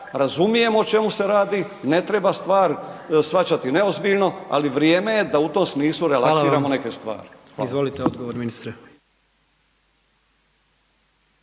razumijem o čemu se radi, ne treba stvar shvaćati neozbiljno, ali vrijeme je da u tom smislu relaksiramo …/Upadica: Hvala vam/…neke stvari.